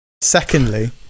Secondly